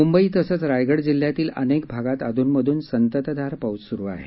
मुंबई तसंच रायगड जिल्ह्यातील अनेक भागांत अधूनमधून संततधार पाऊस सुरू आहे